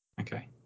Okay